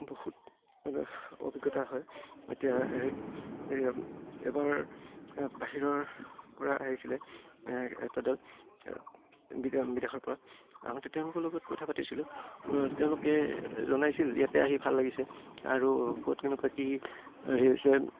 বহুত অভিজ্ঞতা হয় এতিয়া হেৰিত এবাৰ বাহিৰৰ পৰা আহিছিলে এটা দল বিদেশৰ পৰা আহোঁতে তেওঁলোকৰ লগত কথা পাতিছিলোঁ তেওঁলোকে জনাইছিল ইয়াতে আহি ভাল লাগিছে আৰু ক'ত কেনেকুৱা কি হেৰি হৈছে